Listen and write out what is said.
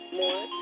more